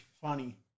funny